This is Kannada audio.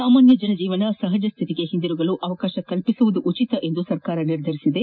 ಸಾಮಾನ್ಯ ಜನಜೀವನ ಸಹಜ ಸ್ಟಿತಿಗೆ ಹಿಂದಿರುಗಲು ಅವಕಾಶ ಕಲ್ಪಿಸುವುದು ಉಚಿತವೆಂದು ಸರ್ಕಾರ ನಿರ್ಧರಿಸಿದೆ